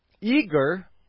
eager